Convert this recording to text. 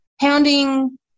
pounding